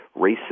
racist